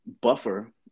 buffer